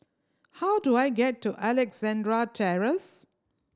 how do I get to Alexandra Terrace